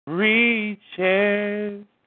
reaches